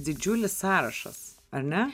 didžiulis sąrašas ar ne